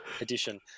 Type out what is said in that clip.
edition